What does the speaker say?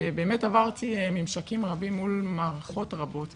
באמת עברתי ממשקים רבים מול מערכות רבות,